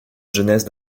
jeunesse